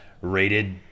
Rated